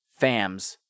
FAMS